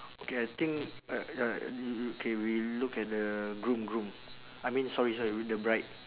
okay I think uh uh y~ K we look at the groom groom I mean sorry sorry the bride